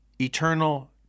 eternal